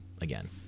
again